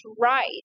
right